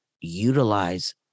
utilize